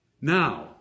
Now